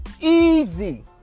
easy